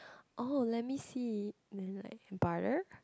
oh let me see then like butter